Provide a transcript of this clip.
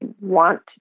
want